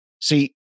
See